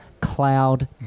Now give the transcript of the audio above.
cloud